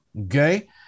Okay